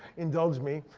indulge me,